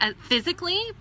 physically